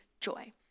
joy